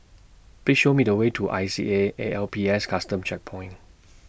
Please Show Me The Way to I C A A L P S Custom Checkpoint